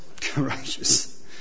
courageous